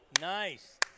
Nice